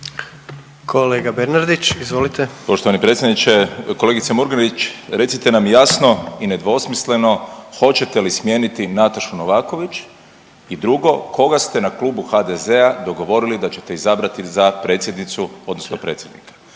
(Socijaldemokrati)** Poštovani predsjedniče. Kolegice Murganić, recite nam jasno i nedvosmisleno hoćete li smijeniti Natašu Novaković? I drugo, koga ste na Klubu HDZ-a dogovorili da ćete izabrati za predsjednicu odnosno predsjednika?